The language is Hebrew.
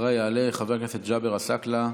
אחריה יעלה חבר הכנסת ג'אבר עסאקלה.